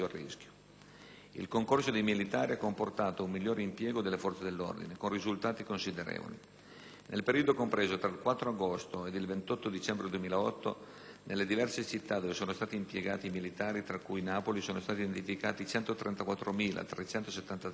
Il concorso dei militari ha comportato un migliore impiego delle forze dell'ordine, con risultati considerevoli. Nel periodo compreso tra il 4 agosto e il 28 dicembre 2008, nelle diverse città dove sono stati impiegati i militari, tra cui Napoli, sono state identificate 134.373 persone